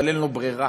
אבל אין לו ברירה,